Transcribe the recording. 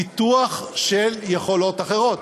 פיתוח של יכולות אחרות.